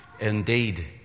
Indeed